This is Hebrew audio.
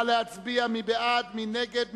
קבוצת קדימה, קבוצת חד"ש, קבוצת בל"ד, קבוצת